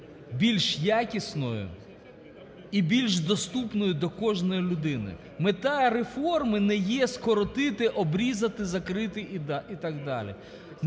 більш якісною і більш доступною до кожної людини. Мета реформи не є скоротити, обрізати, закрити і так далі.